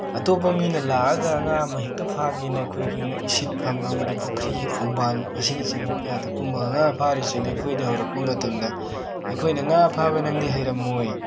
ꯑꯇꯣꯞꯄ ꯃꯤꯅ ꯂꯥꯛꯑꯒ ꯉꯥ ꯑꯃ ꯍꯦꯛꯇ ꯐꯥꯒꯦꯅ ꯑꯩꯈꯣꯏꯒꯤ ꯏꯁꯤꯠꯐꯝ ꯑꯃꯗꯤ ꯄꯨꯈ꯭ꯔꯤ ꯈꯣꯡꯕꯥꯟ ꯑꯁꯤꯅꯆꯤꯡꯕ ꯀꯌꯥꯗ ꯀꯨꯝꯃꯒ ꯉꯥ ꯐꯥꯔꯨꯁꯦꯅ ꯑꯩꯈꯣꯏꯗ ꯍꯧꯔꯛꯄ ꯃꯇꯝꯗ ꯑꯩꯈꯣꯏꯅ ꯉꯥ ꯐꯥꯕ ꯅꯪꯗꯤ ꯍꯩꯔꯝꯃꯣꯏ